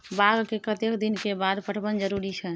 बाग के कतेक दिन के बाद पटवन जरूरी छै?